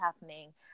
happening